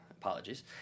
apologies